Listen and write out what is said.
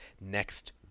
next